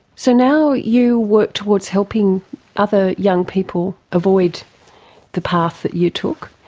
so now you work towards helping other young people avoid the path that you took.